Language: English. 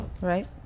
Right